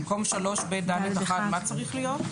במקום 3ב(ד)(1), מה צריך להיות?